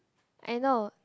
I know